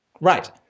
Right